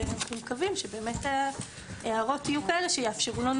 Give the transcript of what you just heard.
ואנחנו מקווים שההערות יהיו כאלה שיאפשרו לנו